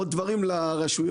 עוד דברים לרשויות.